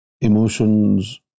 emotions